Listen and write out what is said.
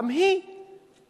גם היא עבריינית.